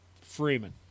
Freeman